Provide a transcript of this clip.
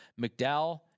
McDowell